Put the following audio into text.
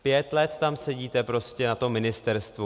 Pět let tam sedíte prostě na tom ministerstvu.